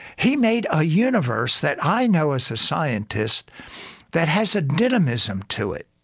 he made a universe that i know as a scientist that has a dynamism to it.